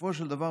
בסופו של דבר,